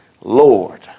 Lord